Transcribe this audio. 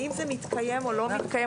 האם זה מתקיים או לא מתקיים,